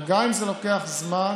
גם אם זה לוקח זמן,